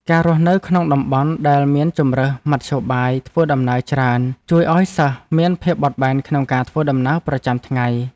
ការរស់នៅក្នុងតំបន់ដែលមានជម្រើសមធ្យោបាយធ្វើដំណើរច្រើនជួយឱ្យសិស្សមានភាពបត់បែនក្នុងការធ្វើដំណើរប្រចាំថ្ងៃ។